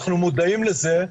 אנחנו מודעים לזה,